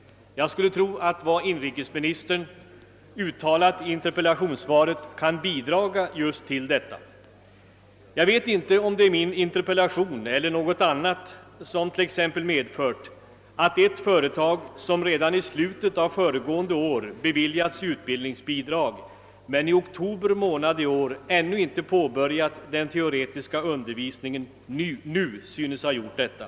Jag skulle tro att vad inrikesministern uttalat i interpellationssvaret kan bidraga just till detta. Jag vet t.ex. inte om det är min interpelliation eller något annat som varit orsaken till att ett företag, som redan 1 slutet av föregående år beviljades utbildningsbidrag men som i oktober månad i år ännu inte påbörjat den teoretiska undervisningen, nu synes ha gjort detta.